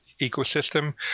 ecosystem